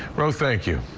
roe, thank you.